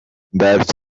that